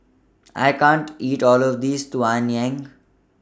I can't eat All of This Tang Yuen